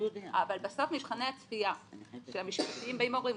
אבל בסוף מבחני הצפייה שהמשפטנים באים ואומרים,